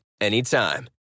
anytime